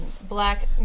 black